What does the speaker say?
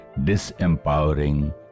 disempowering